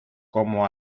como